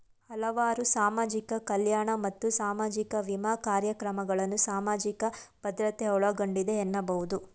ಹಲವಾರು ಸಾಮಾಜಿಕ ಕಲ್ಯಾಣ ಮತ್ತು ಸಾಮಾಜಿಕ ವಿಮಾ ಕಾರ್ಯಕ್ರಮಗಳನ್ನ ಸಾಮಾಜಿಕ ಭದ್ರತೆ ಒಳಗೊಂಡಿದೆ ಎನ್ನಬಹುದು